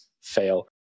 fail